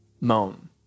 moan